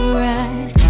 right